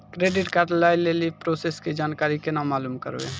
Credit card लय लेली process के जानकारी केना मालूम करबै?